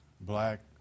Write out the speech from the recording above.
black